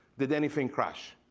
did anything crash?